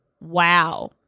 Wow